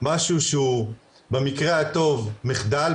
משהו שהוא במקרה הטוב- מחדל,